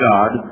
God